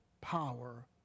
power